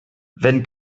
wenn